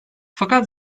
fakat